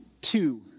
Two